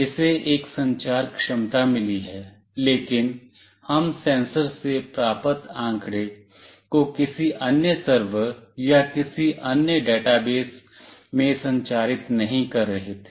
इसे एक संचार क्षमता मिली है लेकिन हम सेंसर से प्राप्त आंकड़े को किसी अन्य सर्वर या किसी अन्य डेटाबेस में संचारित नहीं कर रहे थे